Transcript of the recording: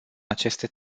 aceste